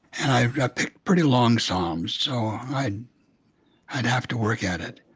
and i picked pretty long psalms, so i'd i'd have to work at it.